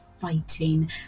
fighting